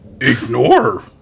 ignore